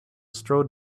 strode